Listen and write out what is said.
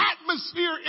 atmosphere